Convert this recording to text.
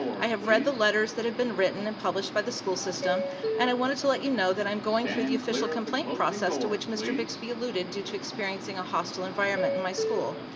i have read the letters that have been written and published by the school system and i wanted to let you know that i'm going through the official complaint process to which mr. bixbie eluded due to experiencing a hostile environment in my school.